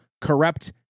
corrupt